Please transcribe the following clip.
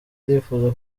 irifuza